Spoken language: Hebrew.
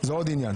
וזה עוד עניין.